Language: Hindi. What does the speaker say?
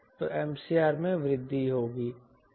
तो MCR में वृद्धि होगी